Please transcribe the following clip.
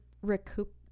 recoup